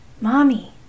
Mommy